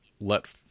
let